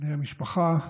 בני המשפחה,